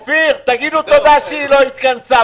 תגידו תודה שהיא לא התכנסה,